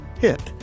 hit